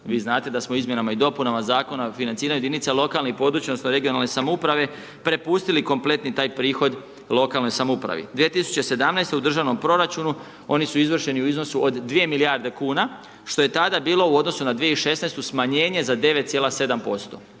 Vi znate da smo izmjenama i dopunama Zakona o financiranju jedinica lokalne i područne odnosno regionalne samoupravne prepustili kompletni taj prihod lokalnoj samoupravi. 2017. u državnom proračunu oni su izvršeni u iznosu od dvije milijarde kuna, što je tada bilo u odnosu na 2016. smanjenje za 9,7%.